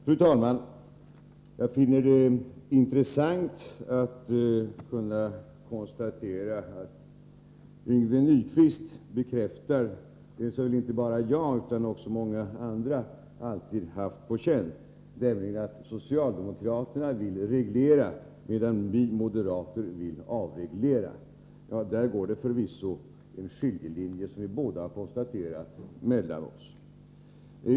Fru talman! Jag finner det intressant att kunna konstatera att Yngve Nyquist bekräftar det som väl inte bara jag utan också många andra alltid haft på känn, nämligen att socialdemokraterna vill reglera medan vi moderater vill avreglera. Där går det förvisso, som vi båda har konstaterat, en skiljelinje mellan oss.